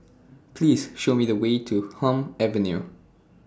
Please Show Me The Way to Hume Avenue